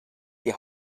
die